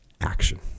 action